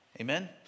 Amen